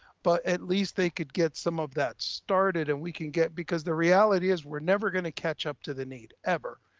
but at least they could get some of that started and we can get, because the reality is, we're never gonna catch up to the need ever.